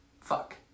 Fuck